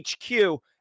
HQ